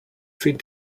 feed